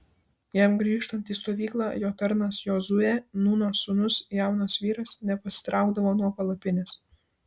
jam grįžtant į stovyklą jo tarnas jozuė nūno sūnus jaunas vyras nepasitraukdavo nuo palapinės